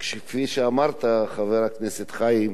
כפי שאמרת, חבר הכנסת חיים,